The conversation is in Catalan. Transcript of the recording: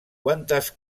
quantes